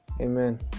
Amen